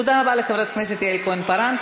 תודה רבה לחבר הכנסת יעל כהן-פארן.